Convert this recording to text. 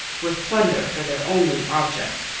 with plunder for their only object.